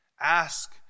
Ask